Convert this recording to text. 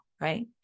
right